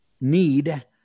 need